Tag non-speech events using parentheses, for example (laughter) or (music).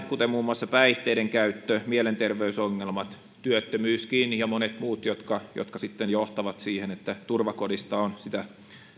(unintelligible) kuten muun muassa päihteiden käyttö mielenterveysongelmat työttömyyskin ja monet muut jotka jotka sitten johtavat siihen että turvakodista on sitä